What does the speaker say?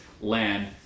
land